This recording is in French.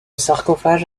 sarcophage